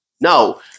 No